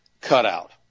cutout